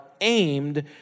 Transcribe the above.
aimed